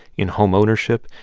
in homeownership,